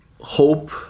hope